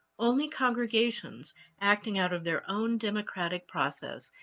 only congregations acting out of their own democratic process,